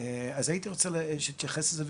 אז הייתי רוצה שתתייחס לזה.